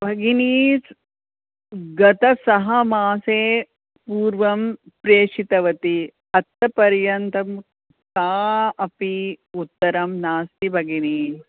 भगिनी गत सः मासे पूर्वं प्रेषितवती अद्य पर्यन्तं का अपि उत्तरं नास्ति भगिनि